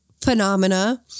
phenomena